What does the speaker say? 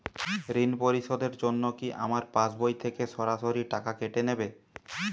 ঋণ পরিশোধের জন্য কি আমার পাশবই থেকে সরাসরি টাকা কেটে নেবে?